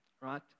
Right